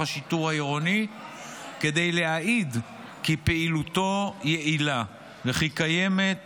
השיטור העירוני כדי להעיד כי פעילותו יעילה וכי קיימת